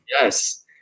Yes